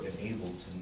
enabled